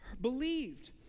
believed